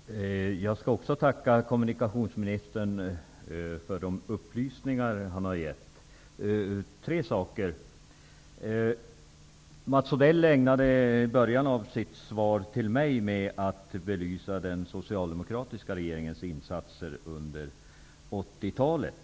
Herr talman! Jag skall också tacka kommunikationsministern för de upplysningar han har gett. Jag vill ta upp tre saker. Mats Odell ägnade början av sitt svar till mig åt att belysa den socialdemokratiska regeringens insatser under 80-talet.